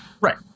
Right